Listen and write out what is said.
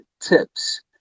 tips